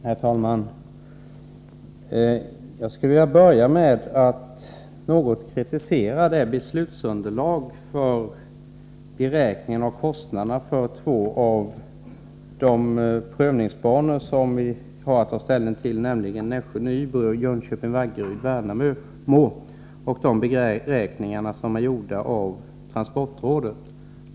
Herr talman! Jag skulle vilja börja med att något kritisera beräkningarna av kostnaderna för två av de nedläggningsprövade banor som vi skall ta ställning till, nämligen Nässjö-Nybro och Jönköping-Vaggeryd-Värnamo. Det gäller de beräkningar som är gjorda av transportrådet.